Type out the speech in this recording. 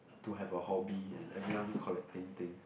to have a hobby and everyone collecting things